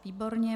Výborně.